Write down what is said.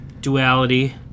duality